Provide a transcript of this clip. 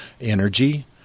energy